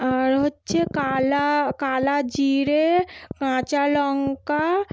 আর হচ্ছে কালো কালো জিরে কাঁচা লঙ্কা